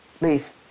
Leave